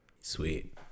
Sweet